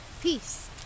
peace